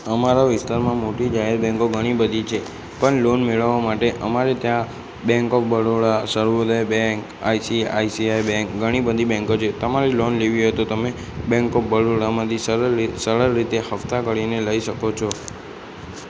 અમારા વિસ્તારમાં મોટી જાહેર બેન્કો ઘણી બધી છે પણ લોન મેળવવા માટે અમારે ત્યાં bank of Baroda Sarvodaya bank I C I C I bank ઘણી બધી બેન્કો છે તમારે લોન લેવી હોય તો તમે બેન્ક ઓફ બરોડામાંથી સળ સરળ રીતે હપ્તા કરીને લઈ શકો છો